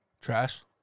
Trash